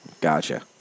Gotcha